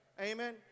Amen